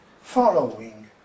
following